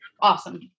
Awesome